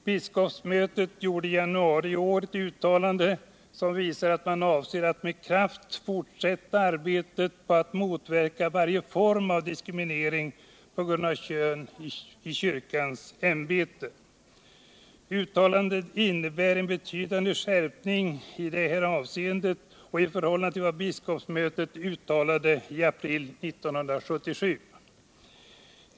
Biskopsmötet gjorde i januari i år ett uttalande som visar att man avser att med kraft fortsätta arbetet för att motverka varje form av diskriminering i kyrkans ämbete på grund av kön. Uttalandet innebär en betydande skärpning i detta avseende i förhållande till vad biskopsmötet uttalade i april 1977.